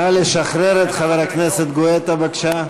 נא לשחרר את חבר הכנסת גואטה, בבקשה.